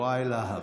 יוראי להב.